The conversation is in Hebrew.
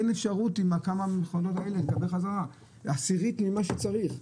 אין אפשרות לקבל חזרה עם כמה מכונות שמספרן עשירית ממה שצריך.